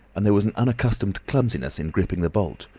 and there was an unaccustomed clumsiness in gripping the bolt.